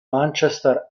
manchester